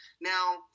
Now